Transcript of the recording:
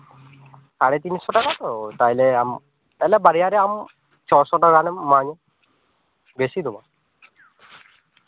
ᱥᱟᱲᱮ ᱛᱤᱱ ᱥᱚ ᱴᱟᱠᱟ ᱛᱚ ᱛᱟᱦᱞᱮ ᱟᱢ ᱛᱟᱦᱞᱮ ᱵᱟᱨᱭᱟ ᱨᱮ ᱟᱢ ᱪᱷᱚ ᱥᱚ ᱴᱟᱠᱟ ᱜᱟᱱᱮᱢ ᱮᱢᱟᱣᱤᱧᱟ ᱵᱮᱥᱤ ᱫᱚ ᱵᱟᱝ